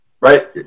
right